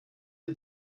die